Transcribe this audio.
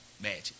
Magic